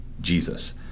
Jesus